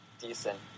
decent